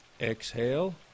Exhale